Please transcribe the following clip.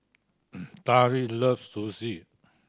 Tari loves Sushi